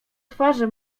twarzy